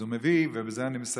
אז הוא מביא, ובזה אני מסיים,